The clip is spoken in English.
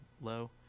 low